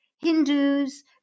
Hindus